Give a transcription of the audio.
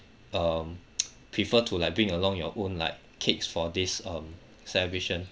um prefer to like bring along your own like cakes for this um celebration